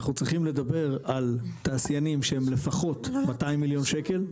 אנחנו צריכים לדבר על תעשיינים שהם לפחות 200 מיליון שקל,